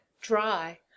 dry